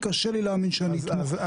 קשה לי להאמין שאני אתמוך,